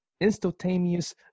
instantaneous